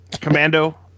Commando